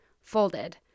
Folded